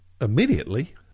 immediately